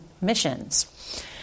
missions